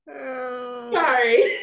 sorry